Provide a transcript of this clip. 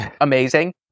amazing